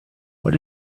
what